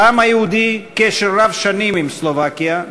לעם היהודי קשר רב-שנים עם סלובקיה,